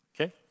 Okay